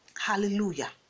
Hallelujah